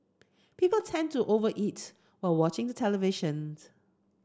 people tend to over eat while watching the televisions